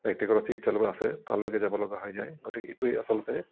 ব্যক্তিগত চিকিৎসালয় আছে তালৈকে যাব লগা হৈ যায় গতিকে এইটোৱেই আচলতে